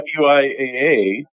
WIAA